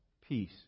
Peace